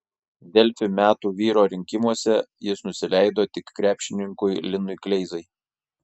delfi metų vyro rinkimuose jis nusileido tik krepšininkui linui kleizai